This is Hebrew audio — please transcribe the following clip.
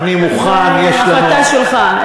זו החלטה שלך,